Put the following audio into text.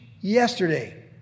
yesterday